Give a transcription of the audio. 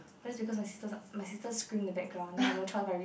that's because my sister my sister scream the background then i have no choice but i really